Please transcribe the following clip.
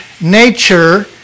nature